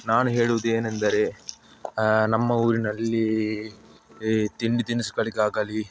ನಾನು ಹೇಳುವುದು ಏನೆಂದರೆ ನಮ್ಮ ಊರಿನಲ್ಲಿ ಈ ತಿಂಡಿ ತಿನಿಸುಗಳಿಗಾಗಲಿ